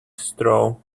straw